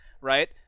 right